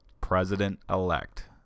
President-elect